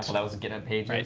so that was a github page.